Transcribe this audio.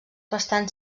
bastant